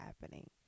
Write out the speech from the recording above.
happening